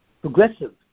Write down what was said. progressive